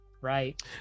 right